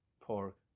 pork